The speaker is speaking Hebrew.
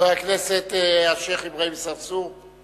חבר הכנסת השיח' אברהים צרצור.